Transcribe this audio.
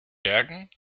bergen